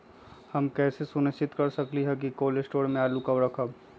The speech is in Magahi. हम कैसे सुनिश्चित कर सकली ह कि कोल शटोर से आलू कब रखब?